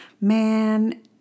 man